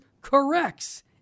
corrects